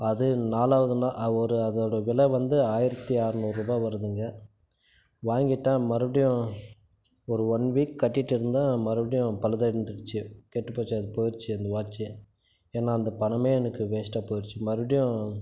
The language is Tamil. அது நாலாவது நாள் அது ஒரு அதோட விலை வந்து ஆயிரத்து அறநூறு ரூபா வருதுங்க வாங்கிட்டேன் மறுபுடியும் ஒரு ஒன் வீக் கட்டிட்டியிருந்தேன் மறுபடியும் பழுதாகி நின்றுடுச்சு கெட்டுப்போச்சு அது போயிடுச்சு அந்த வாட்சி ஏன்னா அந்த பணமே எனக்கு வேஸ்ட்டாக போயிடுச்சு மறுபடியும்